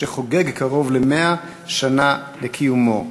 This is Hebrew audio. שחוגג קרוב ל-100 שנה לקיומו.